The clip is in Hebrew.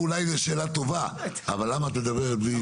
למה זו אולי שאלה טובה אבל למה את מדברת בלי רשות,